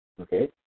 okay